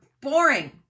boring